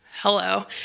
Hello